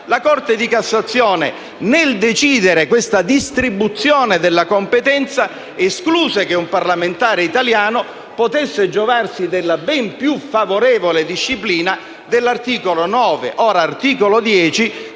La Corte di cassazione, nel decidere questa distribuzione della competenza, escluse che un parlamentare italiano potesse giovarsi della ben più favorevole disciplina dell'articolo 10, ora articolo 9,